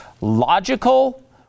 logical